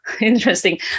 interesting